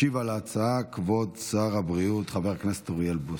ישיב על ההצעה כבוד שר הבריאות חבר הכנסת אוריאל בוסו.